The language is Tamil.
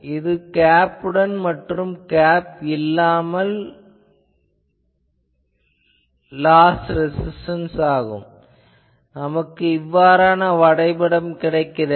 இதில் கேப்புடன் மற்றும் கேப் இல்லாமல் நமக்கு இவ்வாறான வரைபடம் கிடைக்கிறது